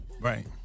Right